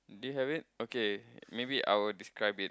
do you have it okay maybe I will describe it